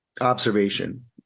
observation